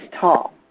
tall